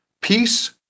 peace